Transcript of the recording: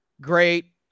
great